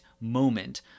moment